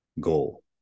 goal